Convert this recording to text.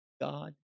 God